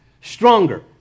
stronger